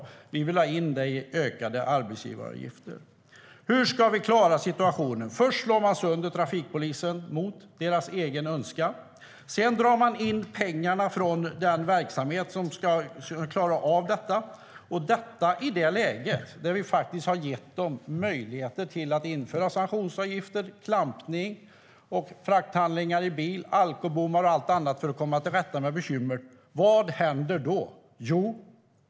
Det vill man ha in i form av ökade arbetsgivaravgifter. Hur ska vi klara situationen? Först slår man sönder trafikpolisen mot deras önskan, sedan drar man in pengarna från verksamheten som ska sköta det. Det sker i ett läge där vi gett polisen möjligheter till sanktionsavgifter, klampning, att kräva frakthandlingar i bil, ha alkobommar och allt annat för att komma till rätta med problemen. Vad händer då?